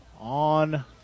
on